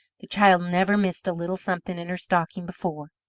the child never missed a little something in her stocking before.